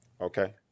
okay